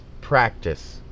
practice